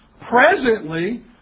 presently